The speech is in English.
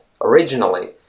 originally